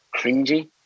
cringy